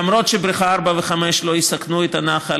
למרות שבריכות 4 ו-5 לא יסכנו את הנחל,